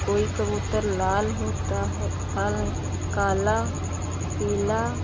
कोई कबूतर लाल होता है लाल काला पीला